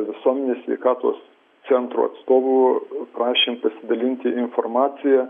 visuomenės sveikatos centro atstovų prašėm pasidalinti informacija